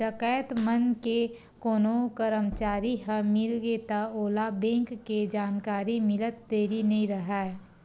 डकैत मन ले कोनो करमचारी ह मिलगे त ओला बेंक के जानकारी मिलत देरी नइ राहय